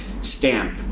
Stamp